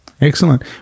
excellent